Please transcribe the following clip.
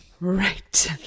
Right